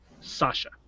Sasha